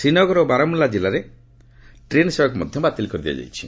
ଶ୍ରୀନଗର ଓ ବାରମୁଲ୍ଲା ମଧ୍ୟରେ ଟ୍ରେନ୍ ସେବାକୁ ମଧ୍ୟ ବାତିଲ୍ କରାଯାଇଛି